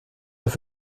fait